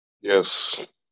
Yes